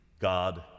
God